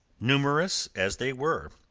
numerous as they were,